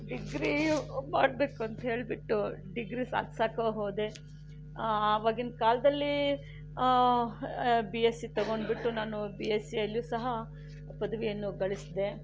degree ಮಾಡಬೇಕು ಅಂತ್ಹೇಳ್ಬಿಟ್ಟು degree ಸಾಧ್ಸೋಕ್ಕೆ ಹೋದೆ ಆವಾಗಿನ ಕಾಲದಲ್ಲಿ ಬಿ ಎಸ್ ಸಿ ತಗೊಂಡುಬಿಟ್ಟು ನಾನು ಬಿ ಎಸ್ ಸಿಯಲ್ಲೂ ಸಹ ಪದವಿಯನ್ನು ಗಳಿಸಿದೆ